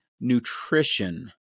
nutrition